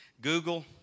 Google